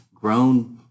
grown